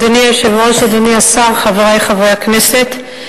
אדוני היושב-ראש, אדוני השר, חברי חברי הכנסת,